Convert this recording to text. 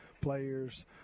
players